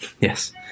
yes